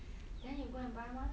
then you go and buy one lah